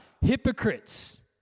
hypocrites